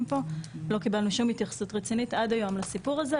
פה לא קיבלנו שום התייחסות רצינית עד היום לסיפור הזה.